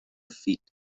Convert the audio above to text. feet